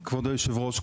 כבוד היושב-ראש,